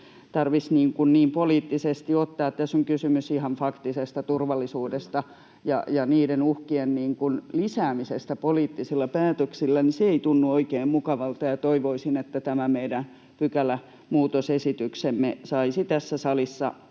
tarvitsisi niin poliittisesti ottaa. Tässä on kysymys ihan faktisesta turvallisuudesta ja niiden uhkien lisäämisestä poliittisilla päätöksillä. Se ei tunnu oikein mukavalta, ja toivoisin, että tämä meidän pykälämuutosesityksemme saisi tässä salissa